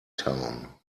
town